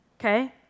Okay